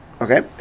Okay